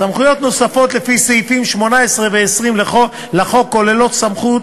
סמכויות נוספות לפי סעיפים 18 ו-20 לחוק כוללות סמכות